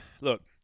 look